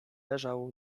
leżał